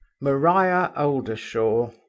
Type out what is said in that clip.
maria oldershaw.